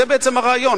זה בעצם הרעיון.